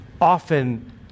often